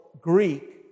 Greek